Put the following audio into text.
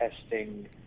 testing